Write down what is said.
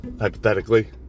hypothetically